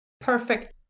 perfect